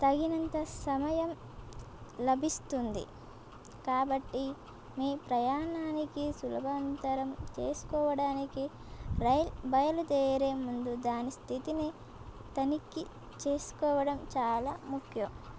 తగినంత సమయం లభిస్తుంది కాబట్టి మీ ప్రయాణాన్నిసులభంతరం చేసుకోవడానికి రైల్ బయలుదేరే ముందు దాని స్థితిని తనిఖీ చేసుకోవడం చాలా ముఖ్యం